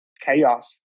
chaos